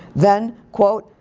then, quote,